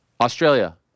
australia